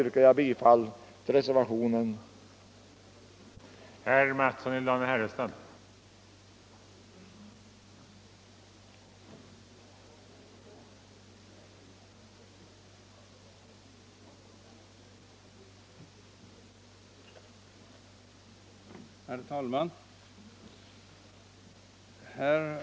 Med det, herr talman, = invandrarkyrkor,